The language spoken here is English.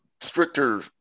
stricter